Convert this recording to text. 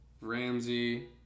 Ramsey